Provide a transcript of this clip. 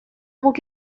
guk